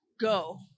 Go